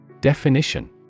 Definition